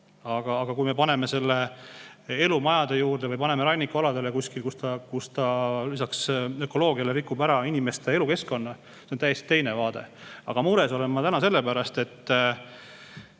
Aga kui me paneme selle elumajade juurde või paneme kuskile rannikualadele, kus see lisaks öko[süsteemile] rikub ära inimeste elukeskkonna, siis on see täiesti teine vaade. Aga mures olen ma täna sellepärast, et